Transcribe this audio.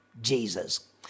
Jesus